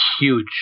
huge